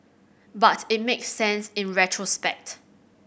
but it makes sense in retrospect